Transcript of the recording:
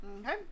Okay